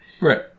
Right